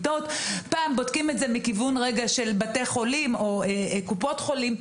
פעם בודקים את זה מכיוון של מיטות או בתי חולים או קופות חולים.